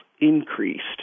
increased